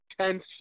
tense